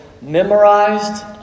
memorized